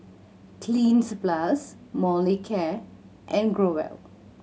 Cleanz Plus Molicare and Growell